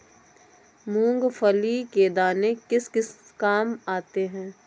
मूंगफली के दाने किस किस काम आते हैं?